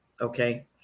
okay